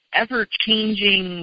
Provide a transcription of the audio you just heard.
ever-changing